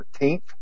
13th